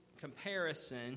comparison